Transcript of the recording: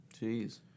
Jeez